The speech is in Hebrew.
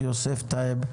יוסף טייב,